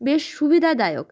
বেশ সুবিদাদায়ক